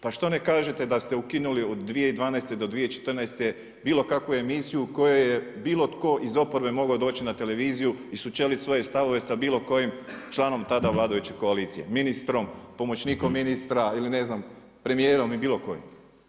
Pa što ne kažete da ste ukinuli od 2012. do 2014. bilo kakvu emisiju u kojoj je bilo tko iz oporbe mogao doći na Televiziju i sučelit svoje stavove sa bilo kojim članom tada vladajuće koalicije, ministrom, pomoćnikom ministra, ili ne znam premijerom i bilo kojim?